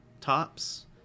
tops